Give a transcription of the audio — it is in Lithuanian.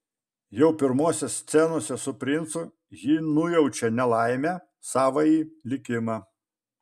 jau pirmose scenose su princu ji nujaučia nelaimę savąjį likimą